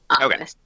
Okay